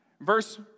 Verse